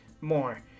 more